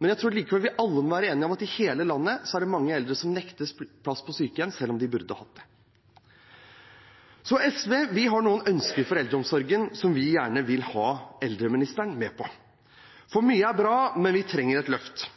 men jeg tror vi alle må være enige om at det i hele landet er mange eldre som nektes plass på sykehjem selv om de burde hatt det. Vi i SV har noen ønsker for eldreomsorgen som vi gjerne vil ha eldreministeren med på. Mye er bra, men vi trenger et løft.